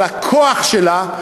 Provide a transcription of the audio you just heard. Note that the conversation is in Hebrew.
על הכוח שלה,